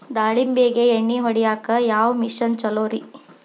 ದಾಳಿಂಬಿಗೆ ಎಣ್ಣಿ ಹೊಡಿಯಾಕ ಯಾವ ಮಿಷನ್ ಛಲೋರಿ?